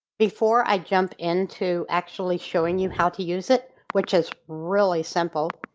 before i jump into actually showing you how to use it, which is really simple,